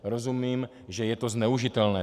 Rozumím, že je to zneužitelné.